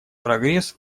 прогресс